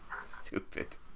Stupid